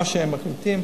מה שהם מחליטים,